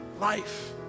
life